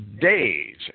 days